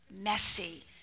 messy